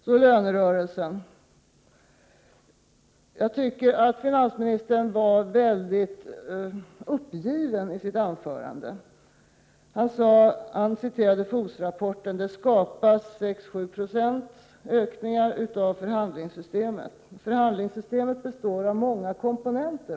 Så lönerörelsen: Jag tycker att finansministern var väldigt uppgiven i sitt anförande. Han citerade FOS-rapporten — det skapas 6-7 90 ökningar av förhandlingssystemet. Förhandlingssystemet består av många komponenter.